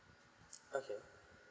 okay